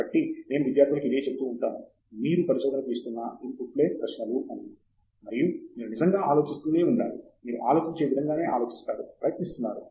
కాబట్టి నేను విద్యార్ధులకు ఇదే చెపుతూ ఉంటాను మీరు పరిశోధనకు ఇస్తున్న ఇన్పుట్లు ప్రశ్నలే అని మరియు మీరు నిజంగా ఆలోచిస్తూనే ఉండాలి మీరు ఆలోచించే విధంగానే ఆలోచిస్తారు ప్రయత్నిస్తున్నారు